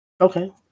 Okay